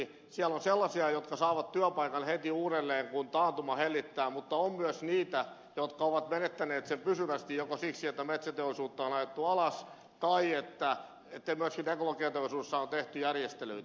siellä on sellaisia jotka saavat työpaikan heti uudelleen kun taantuma hellittää mutta on myös niitä jotka ovat menettäneet sen pysyvästi joko siksi että metsäteollisuutta on ajettu alas tai siksi että myös teknologiateollisuudessa on tehty järjestelyitä